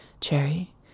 Cherry